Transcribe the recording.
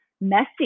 messy